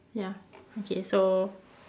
ya okay so